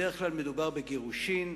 בדרך כלל מדובר בגירושין,